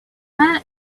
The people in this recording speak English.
man